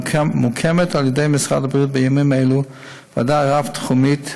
מוקמת על ידי משרד הבריאות בימים אלו ועדה רב-תחומית,